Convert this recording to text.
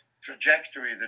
trajectory